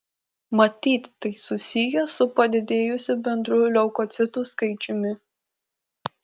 matyt tai susiję su padidėjusiu bendru leukocitų skaičiumi